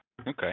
Okay